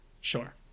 Sure